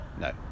No